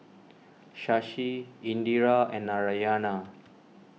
Shashi Indira and Narayana